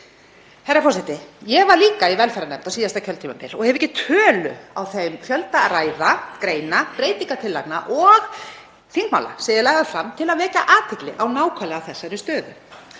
Herra forseti. Ég var líka í velferðarnefnd á síðasta kjörtímabili og hef ekki tölu á þeim fjölda ræðna, greina, breytingartillagna og þingmála sem ég lagði fram til að vekja athygli á nákvæmlega þessari stöðu.